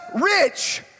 rich